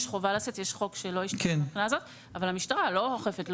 יש חוק שלא השתנה אבל המשטרה לא אוכפת.